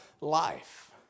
life